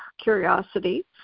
curiosity